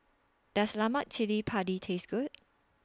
Does Lemak Cili Padi Taste Good